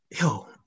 Yo